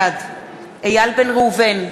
בעד איל בן ראובן,